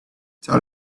tell